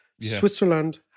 Switzerland